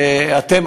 ואתם,